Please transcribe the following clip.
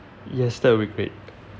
yes that will be great